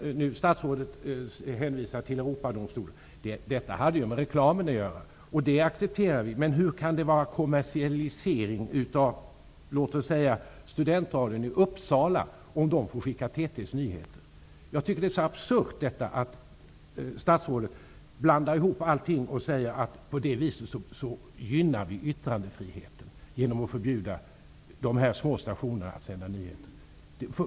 Statsrådet hänvisar här till Europadomstolen. De fallen hade med reklamen att göra. Det accepterar vi. Men hur kan det vara en kommersialisering av, låt oss säga, studentradion i Uppsala att de får sända TT:s nyheter? Jag tycker att detta är absurt. Statsrådet blandar ihop allting och säger att vi på detta sätt gynnar yttrandefriheten, dvs. genom att förbjuda dessa små stationer att sända nyheter.